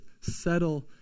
settle